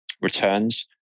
returns